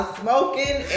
smoking